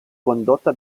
condotta